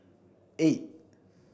eight